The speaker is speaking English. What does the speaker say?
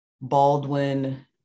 Baldwin